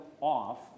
off